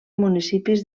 municipis